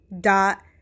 dot